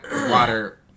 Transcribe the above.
water